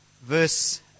verse